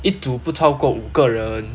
一组不超过五个人